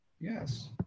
Yes